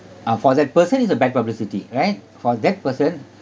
ah for that person it's a bad publicity right for that person